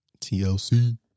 TLC